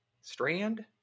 Strand